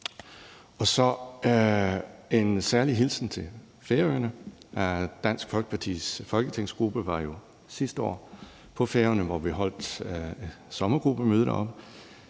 sende en særlig hilsen til Færøerne. Dansk Folkepartis folketingsgruppe var jo sidste år på Færøerne, hvor vi hold et sommergruppemøde deroppe.